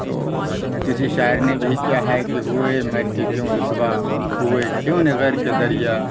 تو کسی شاعر نے بھی کیا ہے کہ ہوئے مر کے کیوں رسوا ہوئے کیوں نہ غرق دریا